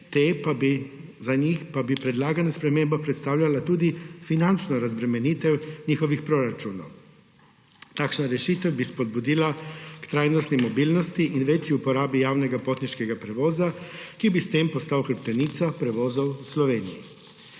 za le-te pa bi predlagana sprememba predstavljala tudi finančno razbremenitev njihovih proračunov. Takšna rešitev bi spodbudila k trajnostni mobilnosti in večji uporabi javnega potniškega prevoza, ki bi s tem postal hrbtenica prevozov v Sloveniji.